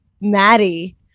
Maddie